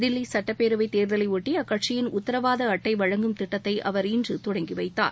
தில்லி சுட்டப்பேரவை தேர்தலை ஒட்டி அக்கட்சியின் உத்திரவாத அட்டை வழங்கும் திட்டத்தை அவர் இன்று தொடங்கி வைத்தார்